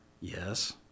Yes